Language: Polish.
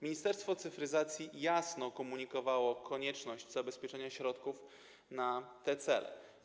Ministerstwo Cyfryzacji jasno komunikowało konieczność zabezpieczenia środków na te cele.